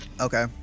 Okay